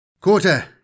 Quarter